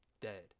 dead